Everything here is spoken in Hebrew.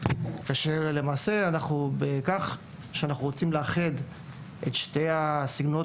כאשר למעשה אנחנו רוצים לאחד את שני סגנונות